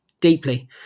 deeply